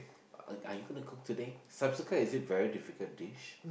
uh are you gonna cook today Subsuka is it very difficult dish